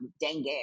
dengue